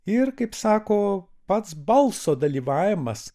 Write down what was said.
ir kaip sako pats balso dalyvavimas